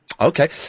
Okay